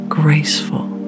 graceful